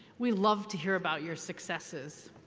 we love to hear about your successes.